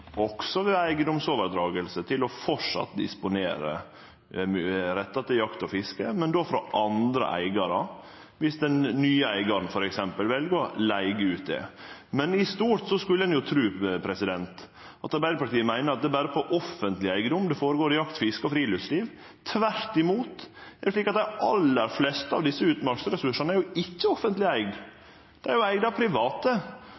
også ved eigedomsavhending, til framleis å disponere retten til jakt og fiske, men då frå andre eigarar – dersom den nye eigaren f.eks. vel å leige ut. Men i stort skulle ein tru at Arbeidarpartiet meiner at det berre er på offentleg eigedom jakt, fiske og friluftsliv går føre seg. Tvert imot: Det er slik at dei aller fleste av desse utmarksressursane ikkje er